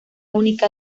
única